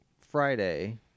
Friday